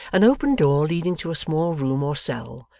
an open door leading to a small room or cell,